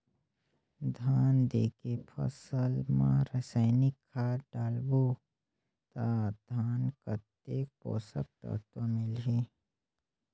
धान देंके फसल मा रसायनिक खाद डालबो ता धान कतेक पोषक तत्व मिलही?